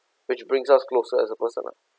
which brings us closer I suppose or not